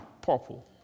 purple